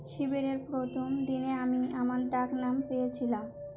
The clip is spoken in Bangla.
শিবিরের প্রথম দিনে আমি আমার ডাকনাম পেয়েছিলাম